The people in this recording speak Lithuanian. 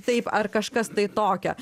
taip ar kažkas tai tokio